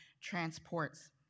transports